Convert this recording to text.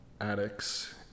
addicts